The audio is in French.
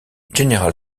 general